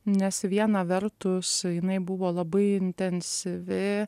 nes viena vertus jinai buvo labai intensyvi